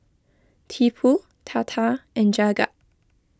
Tipu Tata and Jagat